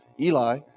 Eli